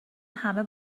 همه